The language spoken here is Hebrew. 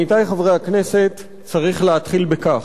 עמיתי חברי הכנסת, צריך להתחיל בכך: